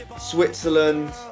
Switzerland